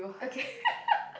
okay